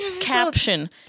Caption